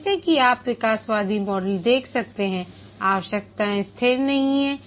जैसा कि आप विकासवादी मॉडल देख सकते हैं आवश्यकताए स्थिर नहीं हैं